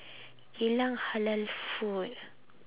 geylang halal food